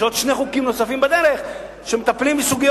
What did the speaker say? ויש עוד שני חוקים נוספים בדרך שמטפלים בסוגיות